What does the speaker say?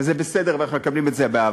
זה בסדר, ואנחנו מקבלים את זה באהבה,